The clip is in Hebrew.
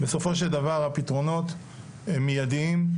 בסופו של דבר הפתרונות הם מידיים,